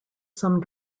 some